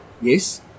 Yes